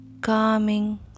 Calming